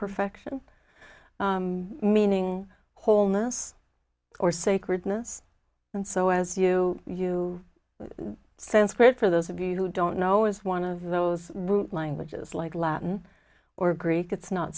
perfection meaning wholeness or sacredness and so as you you sense great for those of you who don't know is one of those root languages like latin or greek it's not